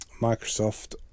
Microsoft